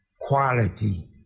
quality